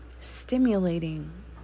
stimulating